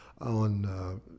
on